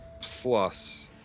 Plus